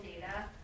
data